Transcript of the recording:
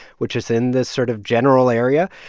which is in this sort of general area.